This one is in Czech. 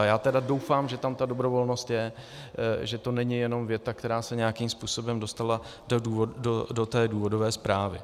Já tedy doufám, že tam ta dobrovolnost je, že to není jenom věta, která se nějakým způsobem dostala do důvodové zprávy.